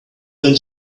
than